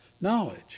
knowledge